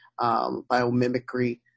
biomimicry